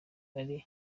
ari